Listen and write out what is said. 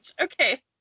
okay